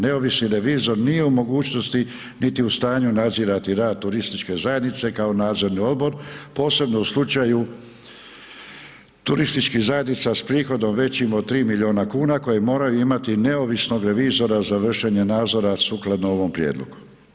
Neovisni revizor nije u mogućnosti niti u stanju nadzirati rad turističke zajednice kao nadzorni odbor posebno u slučaju turističkih zajednica s prihodom većim od 3 milijuna kuna koje moraju imati neovisno od revizora za vršenje nadzora sukladno ovom prijedlogu.